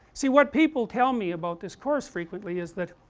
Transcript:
see what people tell me about this course frequently is that